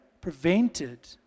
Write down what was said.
prevented